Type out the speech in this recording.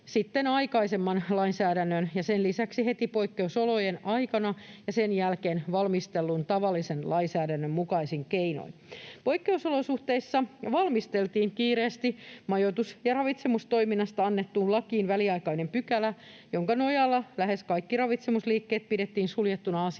aikaisemman lainsäädännön ja sen lisäksi heti poikkeusolojen aikana ja sen jälkeen valmistellun tavallisen lainsäädännön mukaisin keinoin. Poikkeusolosuhteissa valmisteltiin kiireesti majoitus‑ ja ravitsemustoiminnasta annettuun lakiin väliaikainen pykälä, jonka nojalla lähes kaikki ravitsemusliikkeet pidettiin suljettuna asiakkailta